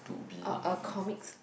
or a comics